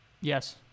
Yes